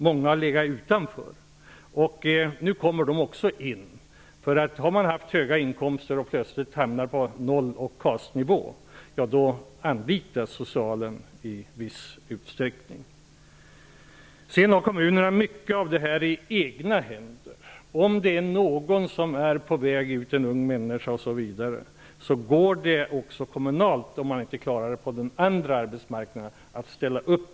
Många har stått utanför. Nu kommer de också in. Har man haft höga inkomster och plötsligt hamnar på noll och KAS-nivå anlitas socialen i viss utsträckning. Kommunerna har mycket av detta i egna händer. Om t.ex. en ung människa är på väg ut går det att kommunalt ställa upp en åtgärd om man inte klarar problemet på den andra arbetsmarknaden.